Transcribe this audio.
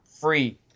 free